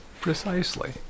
Precisely